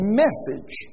message